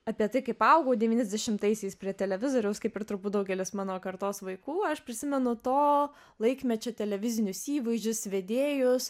apie tai kaip augau devyniasdešimtaisiais prie televizoriaus kaip ir turbūt daugelis mano kartos vaikų aš prisimenu to laikmečio televizinius įvaizdžius vedėjus